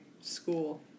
school